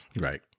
Right